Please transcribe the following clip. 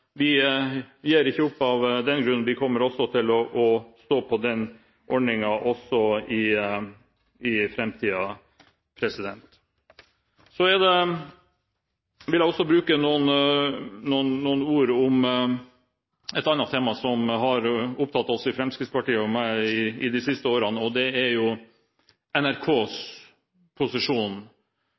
vi gir ikke opp av den grunn. Vi kommer til å stå på den ordningen også i framtiden. Så vil jeg også bruke noen ord om et annet tema som har opptatt oss i Fremskrittspartiet, og meg, de siste årene – NRKs posisjon i det norske samfunnet. NRK er